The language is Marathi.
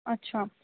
अच्छा